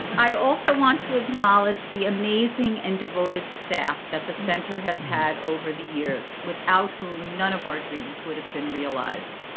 i also want to acknowledge the amazing and devoted staff that the center has had over the years. without whom none of our dreams would have been realized.